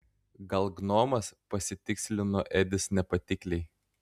gal gnomas pasitikslino edis nepatikliai